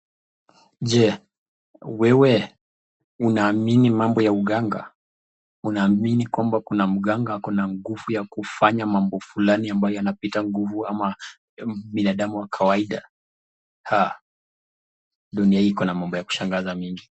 Je, wewe unaamini mambo ya uganga? Unaamini kwamba kuna mganga ako na nguvu ya kufanya mambo fulani ambayo yanapita nguvu ya binadamu wa kawaida. Dunia hii iko na mambo ya kushangaza mengi.